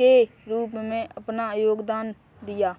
के रूप में अपना योगदान दिया